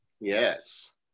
yes